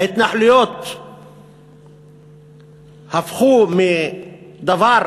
ההתנחלויות הפכו מדבר,